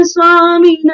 Swami